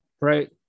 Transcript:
right